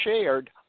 shared